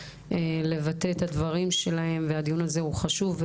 לבטא את הדברים שלהם והדיון הזה הוא חשוב.